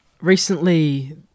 Recently